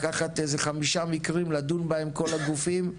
לקחת חמישה מקרים לדון בהם כל הגופים,